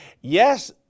Yes